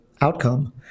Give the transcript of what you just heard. outcome